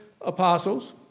apostles